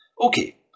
Okay